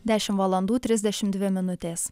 dešimt valandų trisdešimt dvi minutės